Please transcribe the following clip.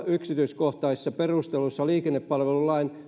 yksityiskohtaisissa perusteluissa että liikennepalvelulain